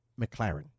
McLaren